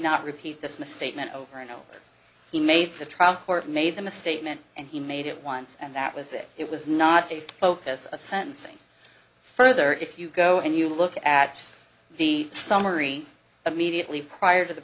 not repeat this misstatement over and over he made the trial court made the misstatement and he made it once and that was it it was not a focus of sentencing further if you go and you look at the summary immediately prior to the